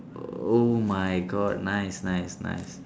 oh my god nice nice nice